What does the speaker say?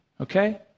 okay